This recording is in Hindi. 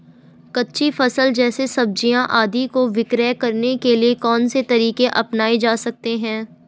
कच्ची फसल जैसे सब्जियाँ आदि को विक्रय करने के लिये कौन से तरीके अपनायें जा सकते हैं?